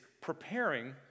preparing